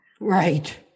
Right